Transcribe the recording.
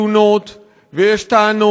עד היום יש תלונות, ויש טענות,